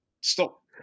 stop